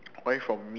why from me